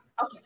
okay